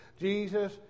Jesus